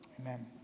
Amen